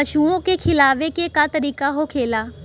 पशुओं के खिलावे के का तरीका होखेला?